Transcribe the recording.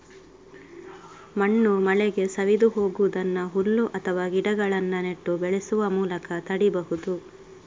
ಮಣ್ಣು ಮಳೆಗೆ ಸವೆದು ಹೋಗುದನ್ನ ಹುಲ್ಲು ಅಥವಾ ಗಿಡಗಳನ್ನ ನೆಟ್ಟು ಬೆಳೆಸುವ ಮೂಲಕ ತಡೀಬಹುದು